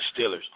Steelers